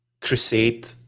crusade